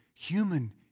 human